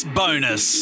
bonus